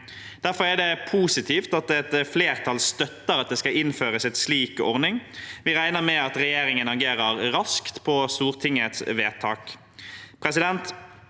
Derfor er det positivt at et flertall støtter at det skal innføres en slik ordning. Vi regner med at regjeringen agerer raskt på Stortingets vedtak.